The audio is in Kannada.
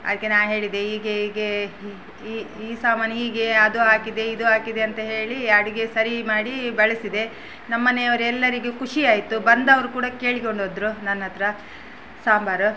ಅದಕ್ಕೆ ನಾನು ಹೇಳಿದೆ ಹೀಗೆ ಹೀಗೆ ಈ ಈ ಸಾಮಾನು ಹೀಗೆ ಅದು ಹಾಕಿದೆ ಇದು ಹಾಕಿದೆ ಅಂತ ಹೇಳಿ ಅಡುಗೆ ಸರಿ ಮಾಡಿ ಬಳಸಿದೆ ನಮ್ಮನೆಯವರೆಲ್ಲರಿಗೂ ಖುಷಿ ಆಯಿತು ಬಂದವರು ಕೂಡ ಕೇಳಿಕೊಂಡು ಹೋದ್ರು ನನ್ನ ಹತ್ರ ಸಾಂಬಾರು